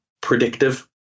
predictive